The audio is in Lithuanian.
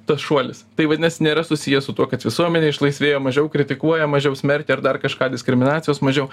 tas šuolis tai vadinasi nėra susiję su tuo kad visuomenė išlaisvėjo mažiau kritikuoja mažiau smerkia ar dar kažką diskriminacijos mažiau